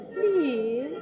please